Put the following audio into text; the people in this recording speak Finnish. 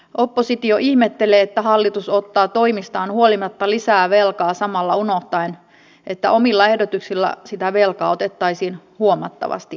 oppositio ihmettelee että hallitus ottaa toimistaan huolimatta lisää velkaa samalla unohtaen että omilla ehdotuksilla sitä velkaa otettaisiin huomattavasti enemmän